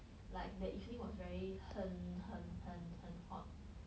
like that evening was very 很很很很 hot